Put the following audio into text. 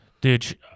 Dude